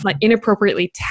inappropriately